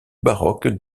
baroque